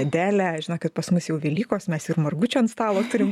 adelė žinokit pas mus jau velykos mes ir margučių ant stalo turim